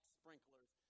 sprinklers